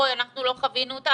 בואי, אנחנו לא חווינו אותה.